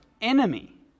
enemy